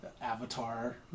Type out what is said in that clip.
Avatar